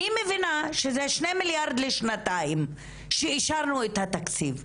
אני מבינה שאלה שני מיליארד לשנתיים כשאישרנו את התקציב.